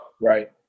Right